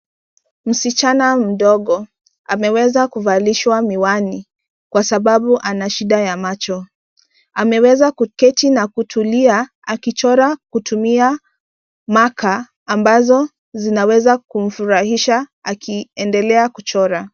Msichana mdogo ameweza kuvalishwa miwani kwa sababu ana shida ya macho. Ameweza kuketi na kutulia akichora kutumia marker ambazo zinaweza kumfurahisha akiendelea kuchora.